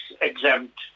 exempt